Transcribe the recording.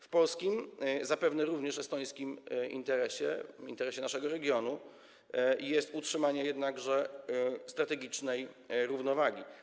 W polskim, zapewne również estońskim, interesie, w interesie naszego regionu, jest utrzymanie jednakże strategicznej równowagi.